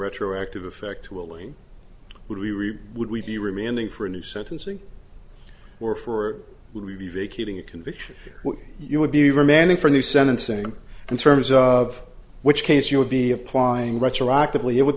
retroactive effect willing would we would we be reminding for a new sentencing or for would be vacating a conviction you would be remanded for new sentencing in terms of which case you would be applying retroactively it would